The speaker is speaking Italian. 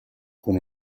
con